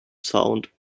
sound